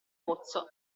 pozzo